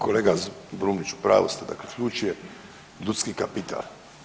Kolega Brumnić, u pravu ste, dakle ključ je ljudski kapital.